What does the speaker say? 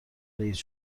رئیس